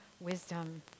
wisdom